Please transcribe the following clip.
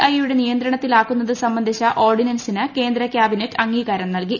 I യുടെ നിയന്ത്രണത്തിലാക്കുന്നത് സംബന്ധിച്ച ഓർഡിനൻസിന് കേന്ദ്ര ക്യാബിനറ്റ് അംഗീകാരം നൽകി